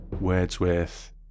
Wordsworth